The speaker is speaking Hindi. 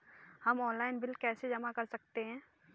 हम ऑनलाइन बिल कैसे जमा कर सकते हैं?